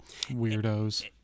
Weirdos